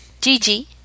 Gigi